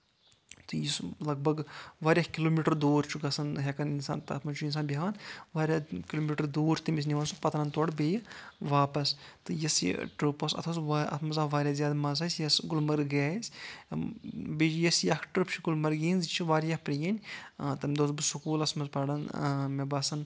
تہٕ یُس لگ بگ واریاہ کلوٗمیٖٹر دور چھُ گژھان ہٮ۪کان اِنسان تَتھ منٛز چھُ اِنسان بیہوان واریاہ کِلومیٚٹر دوٗر چھُ تٔمِس سُہ نِوان سُہ پَکان تورٕ بیٚیہِ واپَس تہٕ یۄس یہِ ٹرپ ٲس اَتھ ٲس وا اَتھ منٛز آو واریاہ زیادٕ مَزٕ اَسہِ یۄس گُلمرگ گیٲے أسۍ بیٚیہِ یۄس یہِ اَکھ ٹرپ چھِ اکھ گُلمرگہِ ہِنٛز یہِ چھِ واریاہ پرٲنۍ تَمہِ دوہ اوسُس بہٕ سکوٗلَس منٛز پَران مےٚ باسان